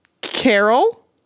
Carol